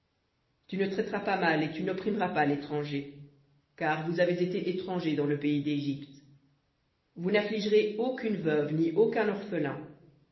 tu ne traiteras pas mal et tu n'opprimeras pas l'étranger car vous avez été étrangers dans le pays dégypte vous n'affligerez aucune veuve ni aucun orphelin